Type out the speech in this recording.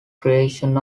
creation